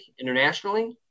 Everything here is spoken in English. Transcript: internationally